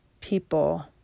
people